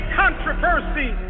controversy